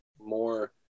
more